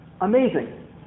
amazing